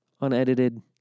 unedited